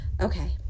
Okay